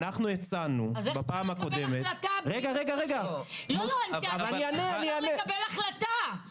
אנחנו הצענו בפעם הקודמת --- אז איך אפשר לקבל החלטה בלי נתונים?